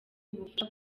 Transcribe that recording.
ubufasha